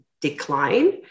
decline